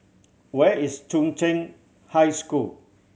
where is Chung Cheng High School